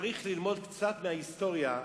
צריך ללמוד קצת מההיסטוריה,